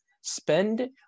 spend